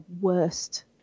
worst